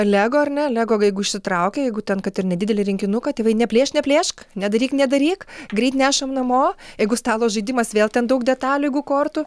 lego ar ne lego jeigu išsitraukia jeigu kad ten ir nedidelį rinkinuką tėvai neplėšk neplėšk nedaryk nedaryk greit nešam namo jeigu stalo žaidimas vėl ten daug detalių jeigu kortų